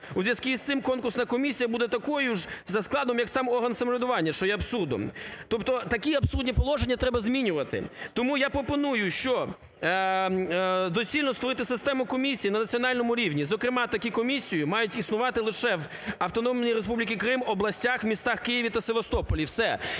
У зв'язку з цим конкурсна комісія буде такою ж за складом, як сам орган самоврядування, що є абсурдом. Тобто такі абсурді положення треба змінювати. Тому я пропоную, що доцільно створити систему комісій на національному рівні, зокрема такі комісії мають існувати лише в Автономній Республіці Крим, областях, містах Києві та Севастополі